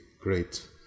great